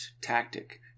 tactic